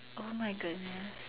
oh my goodness